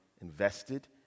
invested